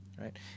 right